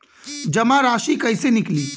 जमा राशि कइसे निकली?